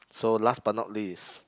so last but not least